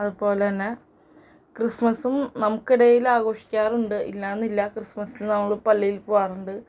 അത്പോലെ തന്നെ ക്രിസ്മസും നമുക്കിടയിൽ ആഘോഷിക്കാറുണ്ട് ഇല്ലാന്നില്ല ക്രിസ്മസിന് നമ്മൾ പള്ളിയിൽ പോവാറുണ്ട്